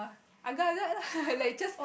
agar agar [la] like just